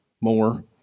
more